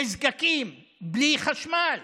נזקקים, בלי חשמל.